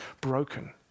broken